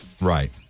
Right